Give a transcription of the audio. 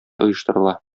оештырыла